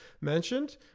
mentioned